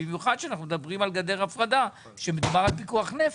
במיוחד שאנחנו מדברים על גדר הפרדה שמדובר על פיקוח נפש.